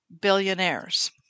billionaires